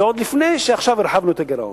זה עוד לפני שהרחבנו את הגירעון,